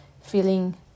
feeling